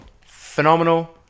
Phenomenal